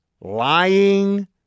lying